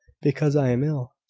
because i am ill.